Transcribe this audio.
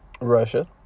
Russia